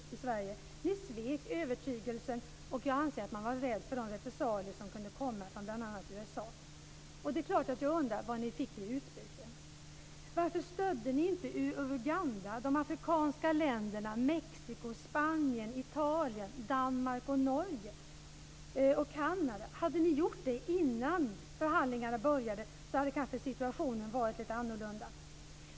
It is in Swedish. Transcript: Ni svek övertygelsen, och jag anser att det var därför att ni var rädda för de repressalier som kunde komma från USA. Det är klart att jag undrar vad ni fick i utbyte. Varför stödde ni inte Uruguay, de afrikanska länderna, Mexiko, Norge, Danmark, Frankrike, Italien, Spanien, Kanada? Hade ni gjort det innan förhandlingarna började, hade situationen kanske varit lite annorlunda.